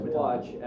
watch